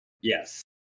yes